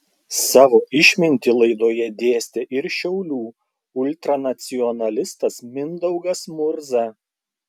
savo išmintį laidoje dėstė ir šiaulių ultranacionalistas mindaugas murza